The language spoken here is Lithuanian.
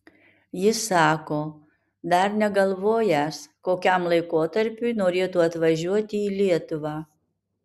jis sako dar negalvojęs kokiam laikotarpiui norėtų atvažiuoti į lietuvą